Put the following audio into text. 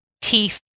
teeth